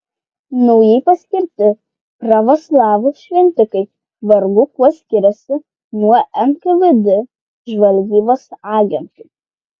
naujai paskirti pravoslavų šventikai vargu kuo skiriasi nuo nkvd žvalgybos agentų